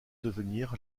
devenir